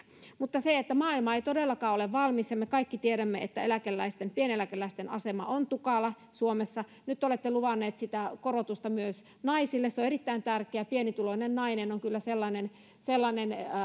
mutta maailma ei todellakaan ole valmis ja me kaikki tiedämme että eläkeläisten pieneläkeläisten asema on tukala suomessa nyt te olette luvanneet sitä korotusta myös naisille se on erittäin tärkeä pienituloinen nainen on kyllä sellainen sellainen